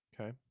Okay